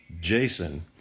Jason